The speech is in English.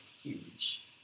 huge